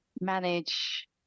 manage